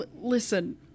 listen